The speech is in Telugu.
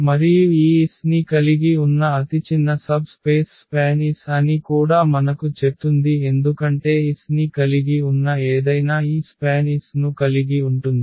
మరియు ఈ S ని కలిగి ఉన్న అతిచిన్న సబ్ స్పేస్ SPAN S అని కూడా మనకు చెప్తుంది ఎందుకంటే s ని కలిగి ఉన్న ఏదైనా ఈ SPAN S ను కలిగి ఉంటుంది